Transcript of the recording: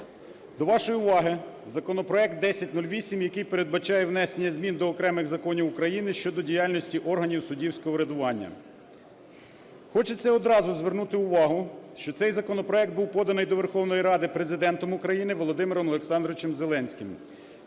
До вашої уваги законопроект 1008, який передбачає внесення змін до окремих законів України щодо діяльності органів суддівського врядування. Хочеться одразу звернути увагу, що цей законопроект був поданий до Верховної Ради Президентом України Володимиром Олександровичем Зеленським